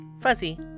fuzzy